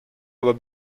aber